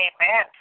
Amen